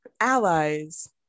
allies